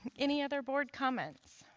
any other board comments